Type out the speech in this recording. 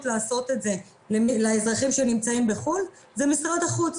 לעשות את זה לאזרחים שנמצאים בחו"ל זה משרד החוץ,